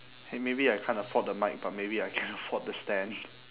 !hey! maybe I can't afford the mic but maybe I can afford the stand